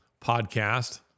podcast